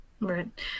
Right